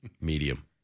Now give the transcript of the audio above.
Medium